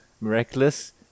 miraculous